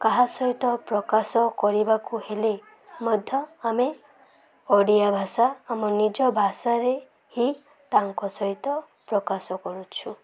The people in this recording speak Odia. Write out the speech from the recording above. କାହା ସହିତ ପ୍ରକାଶ କରିବାକୁ ହେଲେ ମଧ୍ୟ ଆମେ ଓଡ଼ିଆ ଭାଷା ଆମ ନିଜ ଭାଷାରେ ହିଁ ତାଙ୍କ ସହିତ ପ୍ରକାଶ କରୁଛୁ